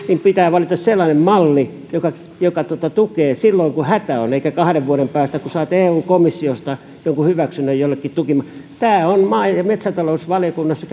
niin pitää valita sellainen malli joka joka tukee silloin kun hätä on eikä kahden vuoden päästä kun saat eu komissiosta jonkun hyväksynnän jollekin tukimallille tämä on maa ja metsätalousvaliokunnassa